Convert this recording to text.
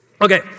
Okay